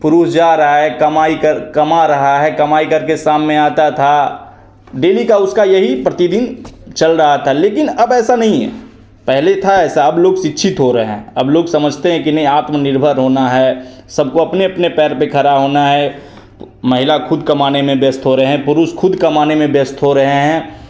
पुरुष जा रहा है कमाई कर कमा रहा है कमाई करके सामने आता था डेली का उसका यही प्रतिदिन चल रहा था लेकिन अब ऐसा नहीं है पहले था ऐसा अब लोग शिक्षित हो रहे हैं अब लोग समझते हैं कि नहीं आत्मनिर्भर होना है सबको अपने अपने पैर पर खड़ा होना है महिला खुद कमाने में व्यस्त हो रहे हैं पुरुष खुद कमाने में व्यस्त हो रहे हैं